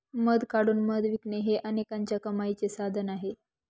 मध काढून मध विकणे हे अनेकांच्या कमाईचे साधन आहे